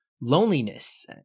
loneliness